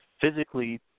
physically